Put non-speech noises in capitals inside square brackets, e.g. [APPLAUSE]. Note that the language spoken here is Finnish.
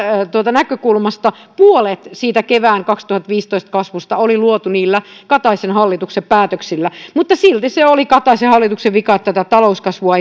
näkökulmasta puolet siitä kevään kaksituhattaviisitoista kasvusta oli luotu niillä kataisen hallituksen päätöksillä mutta silti se oli kataisen hallituksen vika että tätä talouskasvua [UNINTELLIGIBLE]